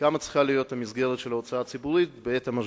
כמה צריכה להיות המסגרת של ההוצאה הציבורית בעת המשבר.